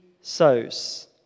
sows